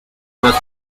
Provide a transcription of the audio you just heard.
las